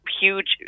huge